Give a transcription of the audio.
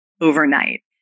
overnight